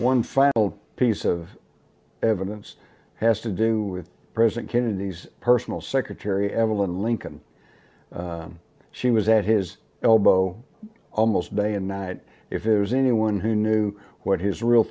final piece of evidence has to do with president kennedy's personal secretary evelyn lincoln she was at his elbow almost day and night if there was anyone who knew what his real